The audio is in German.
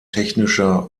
technischer